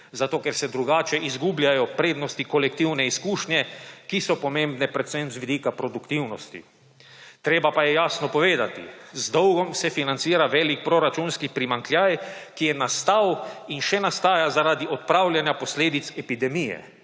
ker se drugače izgubljajo prednosti kolektivne izkušnje, ki so pomembne predvsem z vidika produktivnosti. Treba pa je jasno povedati, z dolgom se financira velik proračunski primanjkljaj, ki je nastal in še nastaja zaradi odpravljanja posledic epidemije.